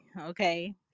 Okay